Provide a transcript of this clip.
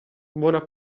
buona